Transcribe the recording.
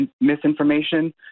misinformation